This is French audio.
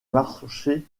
marché